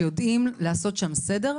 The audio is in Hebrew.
שיודעים לעשות שם סדר.